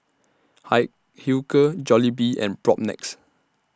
Hilker Jollibee and Propnex